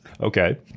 okay